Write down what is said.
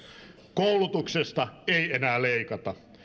koulutuksesta ei enää leikata